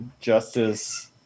Justice